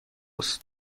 است